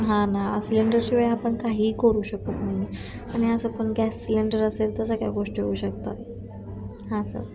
हां ना सिलेंडरशिवाय आपण काहीही करू शकत नाही आणि असं पण गॅस सिलेंडर असेल तर सगळ्या गोष्टी होऊ शकतात हां सर